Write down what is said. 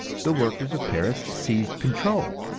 the workers of paris seized control.